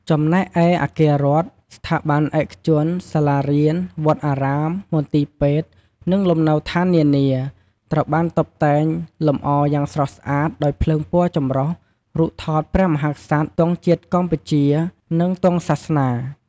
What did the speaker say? ចំណែកឯ អាគាររដ្ឋ ស្ថាប័នឯកជន សាលារៀន វត្តអារាម មន្ទីរពេទ្យ និងលំនៅដ្ឋាននានា ត្រូវបានតុបតែងលម្អយ៉ាងស្រស់ស្អាតដោយ ភ្លើងពណ៌ចម្រុះ រូបថតព្រះមហាក្សត្រ ទង់ជាតិកម្ពុជា និងទង់សាសនា។